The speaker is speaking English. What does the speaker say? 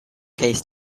case